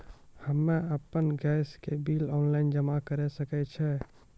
हम्मे आपन गैस के बिल ऑनलाइन जमा करै सकै छौ?